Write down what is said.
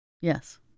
Yes